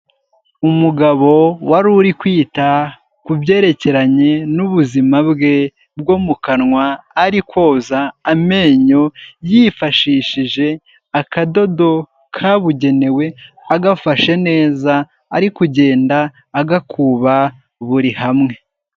Umugabo wari uri kwita ku byerekeranye n'ubuzima bwe bwo mu kanwa, ari koza amenyo yifashishije akadodo kabugenewe, agafashe neza ari kugenda agakuba buri hamwe.